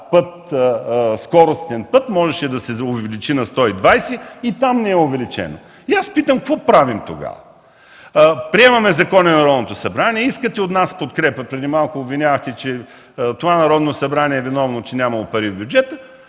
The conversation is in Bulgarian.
на скоростен път, можеше скоростта да се увеличи на 120 км в час, но и там не е увеличена. Аз питам: како правим тогава?! Приемаме закони в Народното събрание. Искате от нас подкрепа. Преди малко обвинявахте, че това Народно събрание е виновно, че нямало пари в бюджета.